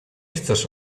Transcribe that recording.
chcesz